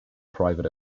private